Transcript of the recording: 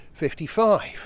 55